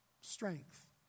strength